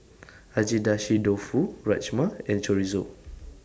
Agedashi Dofu Rajma and Chorizo